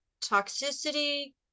toxicity